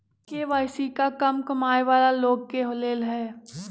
KYC का कम कमाये वाला लोग के लेल है?